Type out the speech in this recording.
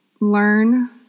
learn